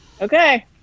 Okay